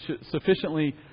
sufficiently